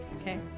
Okay